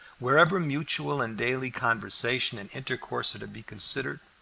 wherever mutual and daily conversation and intercourse are to be considered.